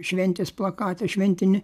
šventės plakatą šventinį